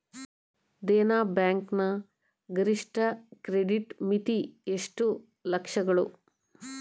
Dena bank ನ ಗರಿಷ್ಠ credit ಮಿತಿ ಎಷ್ಟು ಲಕ್ಷಗಳು?